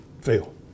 fail